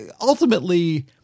ultimately